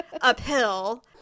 uphill